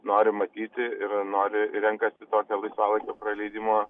nori matyti ir noriai renkasi tokią laisvalaikio praleidimo